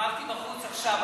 עמדתי בחוץ עכשיו,